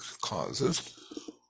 causes